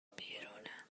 بیرونه